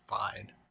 fine